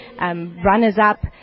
runners-up